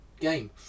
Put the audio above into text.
game